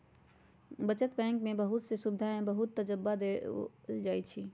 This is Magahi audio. बचत बैंक में बहुत से सुविधा के बहुत तबज्जा देयल जाहई